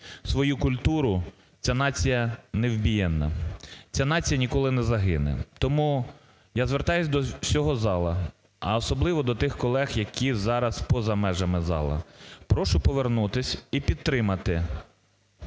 свою культуру, ця нація неубієнна, ця нація ніколи не загине. Тому я звертаюся до всього залу, а особливо до тих колег, які поза межами залу, прошу повернутися і підтримати